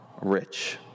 rich